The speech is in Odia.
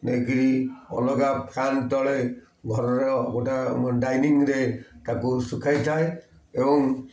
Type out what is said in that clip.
ନେଇକିରି ଅଲଗା ଫ୍ୟାନ୍ ତଳେ ଘରର ଗୋଟେ ଡାଇନିଂରେ ତାକୁ ଶୁଖାଇ ଥାଏ ଏବଂ